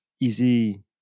easy